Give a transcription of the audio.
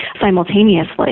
simultaneously